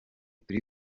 turi